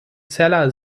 zeller